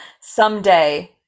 Someday